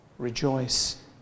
Rejoice